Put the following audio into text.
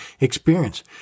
experience